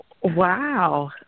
Wow